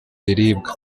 biribwa